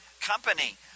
company